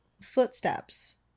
footsteps